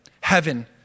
heaven